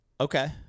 Okay